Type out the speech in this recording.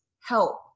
help